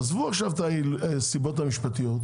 עזבו את הסיבות המשפטיות